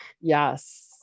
Yes